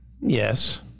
Yes